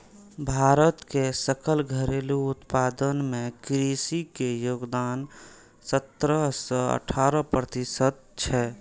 भारत के सकल घरेलू उत्पादन मे कृषि के योगदान सतरह सं अठारह प्रतिशत छै